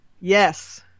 Yes